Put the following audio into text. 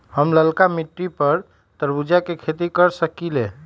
हम लालका मिट्टी पर तरबूज के खेती कर सकीले?